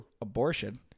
abortion